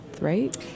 right